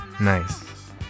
Nice